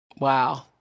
Wow